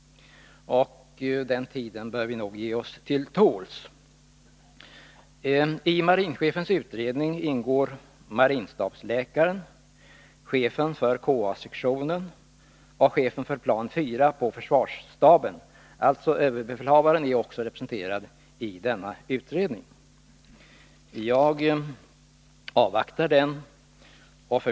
Så länge bör vi nog ge oss till tåls. I marinchefens utredning ingår marinstabsläkaren, chefen för KA sektionen och chefen för planeringssektion 4 i försvarsstaben — även överbefälhavaren är alltså representerad i utredningen. Jag avvaktar denna.